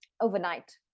overnight